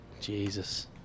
Jesus